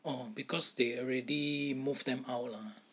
orh because they already move them out lah